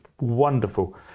wonderful